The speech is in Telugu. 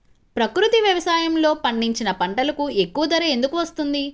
ప్రకృతి వ్యవసాయములో పండించిన పంటలకు ఎక్కువ ధర ఎందుకు వస్తుంది?